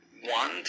one